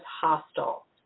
hostile